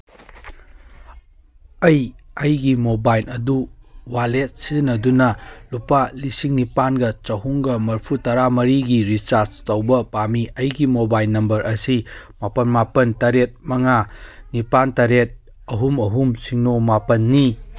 ꯑꯩ ꯑꯩꯒꯤ ꯃꯣꯕꯥꯏꯜ ꯑꯗꯨ ꯋꯥꯂꯦꯠ ꯁꯤꯖꯤꯟꯅꯗꯨꯅ ꯂꯨꯄꯥ ꯂꯤꯁꯤꯡ ꯅꯤꯄꯥꯟꯒ ꯆꯍꯨꯝꯒ ꯃꯔꯐꯨ ꯇꯔꯥꯃꯔꯤꯒꯤ ꯔꯤꯆꯥꯔꯖ ꯇꯧꯕ ꯄꯥꯝꯃꯤ ꯑꯩꯒꯤ ꯃꯣꯕꯥꯏꯜ ꯅꯝꯕꯔ ꯑꯁꯤ ꯃꯥꯄꯟ ꯃꯥꯄꯟ ꯇꯔꯦꯠ ꯃꯉꯥ ꯅꯤꯄꯥꯟ ꯇꯔꯦꯠ ꯑꯍꯨꯝ ꯑꯍꯨꯝ ꯁꯤꯅꯣ ꯃꯥꯄꯟꯅꯤ